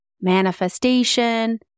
manifestation